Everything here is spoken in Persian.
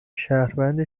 شهروند